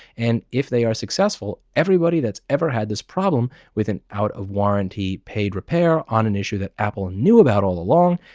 and if they are successful, everybody that's ever had this problem with an out-of-warranty paid repair on an issue that apple knew about all along,